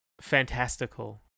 fantastical